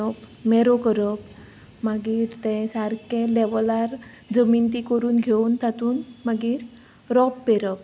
मेरो करप मागीर तें सारकें लेवलार जमीन ती करून घेवन तातून मागीर रोंप पेरप